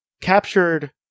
captured